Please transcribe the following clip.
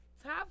Top